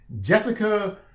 Jessica